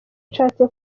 nshatse